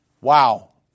wow